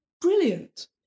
brilliant